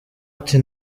ati